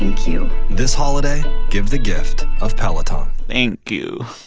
thank you this holiday, give the gift of peloton thank you